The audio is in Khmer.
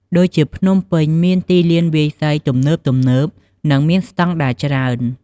ដូចជាភ្នំពេញមាន ទីលានវាយសី ទំនើបៗ និងមានស្តង់ដារច្រើន។